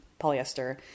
polyester